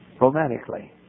romantically